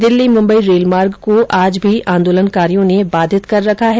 दिल्ली मुम्बई रेलमार्ग को आज भी आंदोलनकारियों ने बाधित कर रखा है